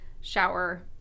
shower